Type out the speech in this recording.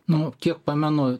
nu kiek pamenu